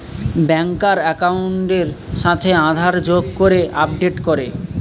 ব্যাংকার একাউন্টের সাথে আধার যোগ করে আপডেট করে